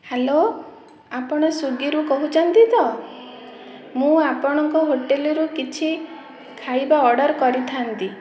hello ଆପଣ ସ୍ଵିଗିରୁ କହୁଛନ୍ତି ତ ମୁଁ ଆପଣଙ୍କ ହୋଟେଲରୁ କିଛି ଖାଇବା ଅର୍ଡ଼ର କରିଥାନ୍ତି